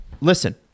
listen